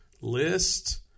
list